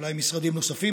ואולי משרדים נוספים,